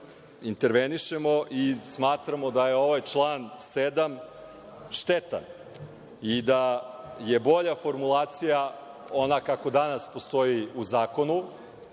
intervenišemo i smatramo da je ovaj član 7. štetan i da je bolja formulacija ona kako danas postoji u zakonu,